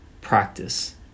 practice